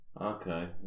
Okay